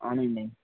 అవునండి